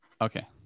Okay